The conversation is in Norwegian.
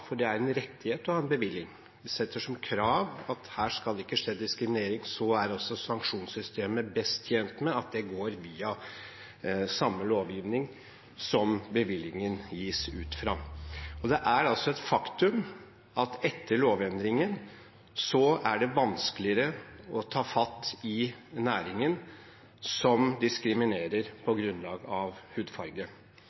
for det er en rettighet å ha bevilling – at her skal det ikke skje diskriminering, er også sanksjonssystemet best tjent med at det går via samme lovgivning som bevillingen gis ut fra. Det er altså et faktum at etter lovendringen er det vanskeligere å ta fatt i næringen som diskriminerer på